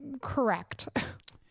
correct